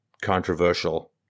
controversial